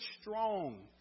strong